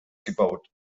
gebaut